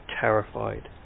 terrified